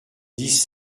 dix